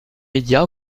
médias